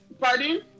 Pardon